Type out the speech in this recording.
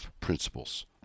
principles